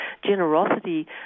generosity